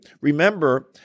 Remember